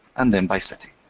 and then by city.